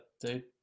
dude